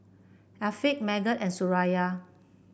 Afiq Megat and Suraya